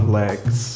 legs